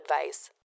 advice